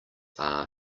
are